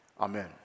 Amen